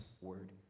word